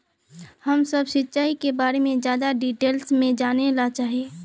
हम सब सिंचाई के बारे में ज्यादा डिटेल्स में जाने ला चाहे?